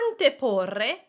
anteporre